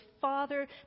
father